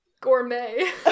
Gourmet